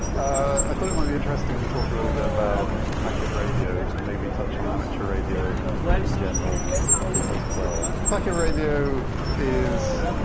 i thought it might be interesting to talk a little bit about packet radio and maybe touch on amateur radio in general as well. packet radio is.